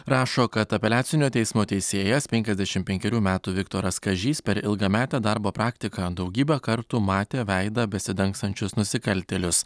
rašo kad apeliacinio teismo teisėjas penkiasdešimt penkerių metų viktoras kažys per ilgametę darbo praktiką daugybę kartų matė veidą besidangstančius nusikaltėlius